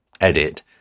edit